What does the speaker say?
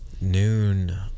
noon